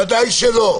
בוודאי שלא.